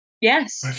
Yes